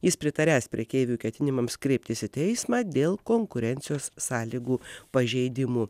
jis pritariąs prekeivių ketinimams kreiptis į teismą dėl konkurencijos sąlygų pažeidimų